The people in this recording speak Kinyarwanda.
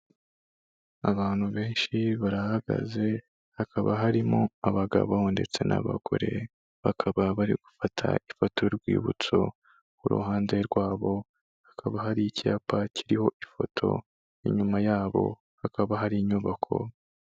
Abantu benshi barahagaze, hakaba harimo abagabo ndetse n'abagore, bakaba bari gufata ifoto y'urwibutso, ku ruhande rwabo hakaba hari icyapa kiriho ifoto n'inyuma yabo hakaba hari inyubako.